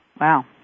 Wow